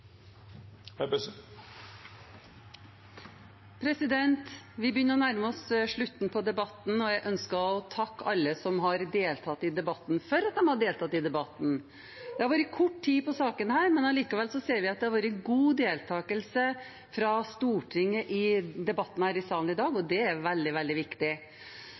har deltatt i debatten, for at de har deltatt i debatten. Det har vært kort tid på sakene, men likevel ser vi at det har vært god deltakelse fra Stortinget i debatten her i salen i dag, og det er veldig, veldig viktig.